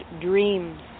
dreams